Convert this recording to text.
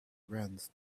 runs